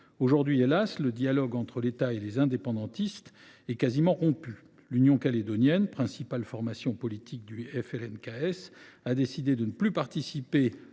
Aujourd’hui, le dialogue entre l’État et les indépendantistes est – hélas !– quasiment rompu : l’Union calédonienne, principale formation politique du FLNKS, a décidé de ne plus participer